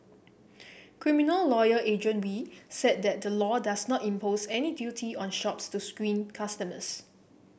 criminal lawyer Adrian Wee said that the law does not impose any duty on shops to screen customers